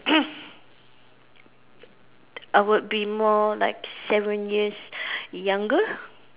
I would be more like seven years younger